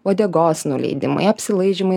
uodegos nuleidimai apsilaižymai